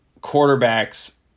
quarterbacks